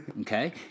Okay